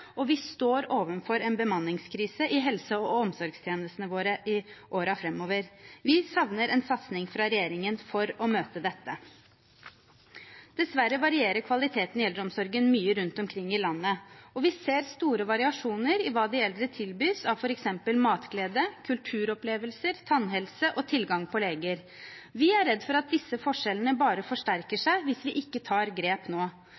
og vi står overfor en bemanningskrise i helse- og omsorgstjenestene våre i årene framover. Vi savner en satsing fra regjeringen for å møte dette. Dessverre varierer kvaliteten i eldreomsorgen mye rundt omkring i landet, og vi ser store variasjoner i hva de eldre tilbys av f.eks. matglede, kulturopplevelser, tannhelse og tilgang på leger. Vi er redd for at disse forskjellene bare forsterker seg hvis vi ikke tar grep nå.